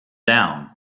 down